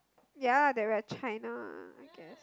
ya we're at China ah I guess